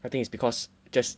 I think it's because just